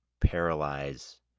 paralyze